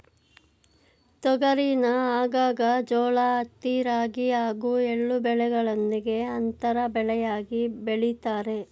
ತೊಗರಿನ ಆಗಾಗ ಜೋಳ ಹತ್ತಿ ರಾಗಿ ಹಾಗೂ ಎಳ್ಳು ಬೆಳೆಗಳೊಂದಿಗೆ ಅಂತರ ಬೆಳೆಯಾಗಿ ಬೆಳಿತಾರೆ